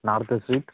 north street